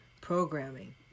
programming